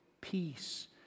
peace